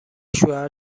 شوهر